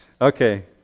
Okay